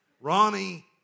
Ronnie